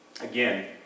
again